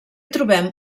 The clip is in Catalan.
trobem